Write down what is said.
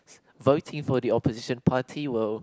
voting for the opposition party will